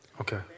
Okay